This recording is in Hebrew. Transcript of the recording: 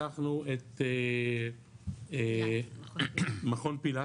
לקחנו את מכון פיל"ת,